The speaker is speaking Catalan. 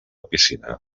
piscina